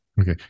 Okay